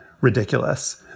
ridiculous